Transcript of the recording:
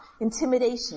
Intimidation